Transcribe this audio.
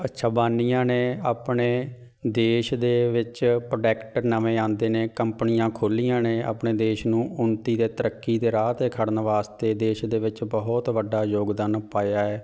ਅੱਛਾ ਬਾਨੀਆਂ ਨੇ ਆਪਣੇ ਦੇਸ਼ ਦੇ ਵਿੱਚ ਪ੍ਰੋਟੈਕਟ ਨਵੇਂ ਆਉਂਦੇ ਨੇ ਕੰਪਨੀਆਂ ਖੋਲੀਆਂ ਨੇ ਆਪਣੇ ਦੇਸ਼ ਨੂੰ ਉੱਨਤੀ ਦੇ ਤਰੱਕੀ ਦੇ ਰਾਹ 'ਤੇ ਖੜ੍ਹਨ ਵਾਸਤੇ ਦੇਸ਼ ਦੇ ਵਿੱਚ ਬਹੁਤ ਵੱਡਾ ਯੋਗਦਾਨ ਪਾਇਆ ਹੈ